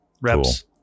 reps